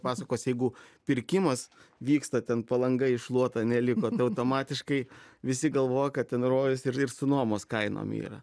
pasakos jeigu pirkimas vyksta ten palanga iššluota neliko automatiškai visi galvojo kad ten rojus ir ir su nuomos kainom yra